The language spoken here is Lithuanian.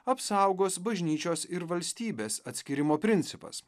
apsaugos bažnyčios ir valstybės atskyrimo principas